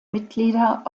mitglieder